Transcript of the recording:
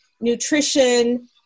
nutrition